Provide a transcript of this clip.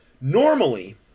normally